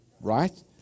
right